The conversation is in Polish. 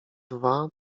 dwa